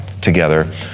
together